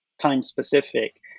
time-specific